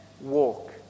walk